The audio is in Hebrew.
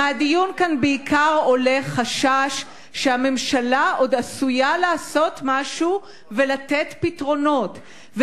מהדיון כאן בעיקר עולה חשש שהממשלה עוד עשויה לעשות משהו ולתת פתרונות,